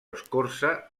escorça